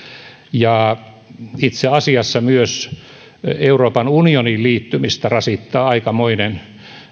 ja itse asiassa myös euroopan unioniin liittymistä rasittaa aikamoinen